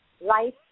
Life